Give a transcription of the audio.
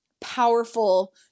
powerful